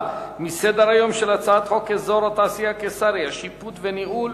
מסדר-היום של הצעת חוק אזור התעשייה קיסריה (שיפוט וניהול),